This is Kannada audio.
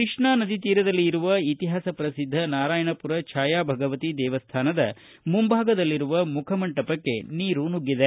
ಕೃಷ್ಣಾ ನದಿ ತೀರದಲ್ಲಿ ಇರುವ ಇತಿಹಾಸ ಪ್ರಸಿದ್ದ ನಾರಾಯಣಪುರ ಛಾಯಾಭಗವತಿ ದೇವಸ್ಥಾನದ ಮುಂಭಾಗದಲ್ಲಿರುವ ಮುಖಮಂಟಪಕ್ಕೆ ನೀರು ನುಗ್ಗಿದೆ